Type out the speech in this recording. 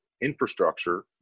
infrastructure